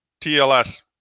TLS